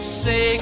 say